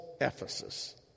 Ephesus